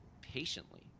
patiently